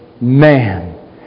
man